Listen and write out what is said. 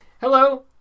Hello